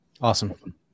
Awesome